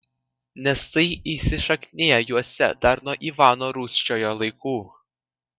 nes tai įsišakniję juose dar nuo ivano rūsčiojo laikų